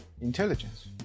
intelligence